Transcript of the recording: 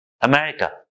America